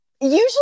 usually